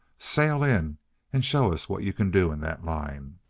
sail in and show us what yuh can do in that line.